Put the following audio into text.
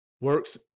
works